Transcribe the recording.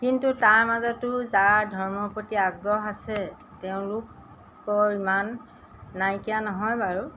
কিন্তু তাৰ মাজতো যাৰ ধৰ্মৰ প্ৰতি আগ্ৰহ আছে তেওঁলোকৰ ইমান নাইকিয়া নহয় বাৰু